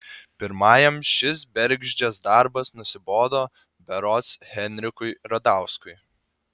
pirmajam šis bergždžias darbas nusibodo berods henrikui radauskui